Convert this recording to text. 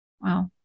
Wow